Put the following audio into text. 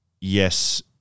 yes